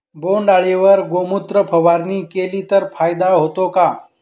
बोंडअळीवर गोमूत्र फवारणी केली तर फायदा होतो का?